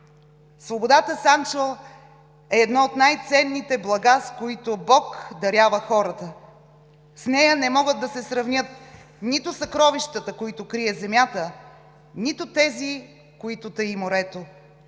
„Свободата, Санчо, е едно от най-ценните блага, с които Бог дарява хората. С нея не могат да се сравнят нито съкровищата, които крие земята, нито тези, които таи морето.